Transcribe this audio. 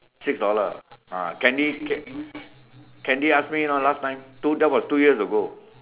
six dollar ah ah candy candy asked me you know last time two that was two years ago